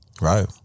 Right